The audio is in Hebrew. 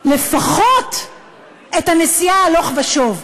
לפחות את הנסיעה הלוך ושוב.